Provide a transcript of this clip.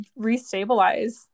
restabilize